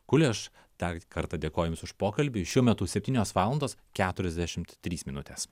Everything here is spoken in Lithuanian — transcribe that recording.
kuleš dar kartą dėkojam jums už pokalbį šiuo metu septynios valandos keturiasdešimt trys minutės